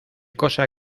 cosa